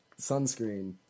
sunscreen